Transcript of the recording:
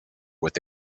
with